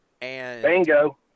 Bingo